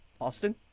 Austin